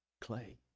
Clay